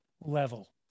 level